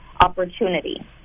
opportunity